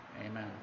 Amen